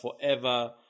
forever